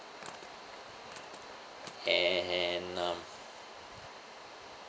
and uh